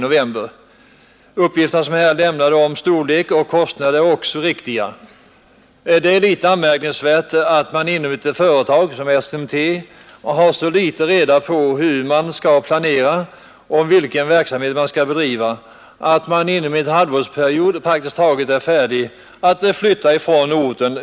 De uppgifter om storlek och kostnader som lämnades är riktiga. Det är anmärkningsvärt att man inom ett företag som SMT har så dålig planering av sin verksamhet att man redan ett halvår senare, som nu skett, beslutar flytta från orten.